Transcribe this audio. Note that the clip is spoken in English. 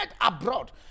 abroad